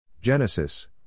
Genesis